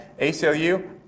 ACLU